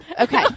Okay